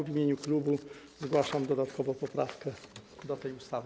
W imieniu klubu zgłaszam dodatkową poprawkę do tej ustawy.